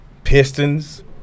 Pistons